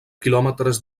quilòmetres